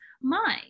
mind